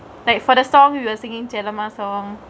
like for the songk us again taylor muscle